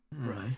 right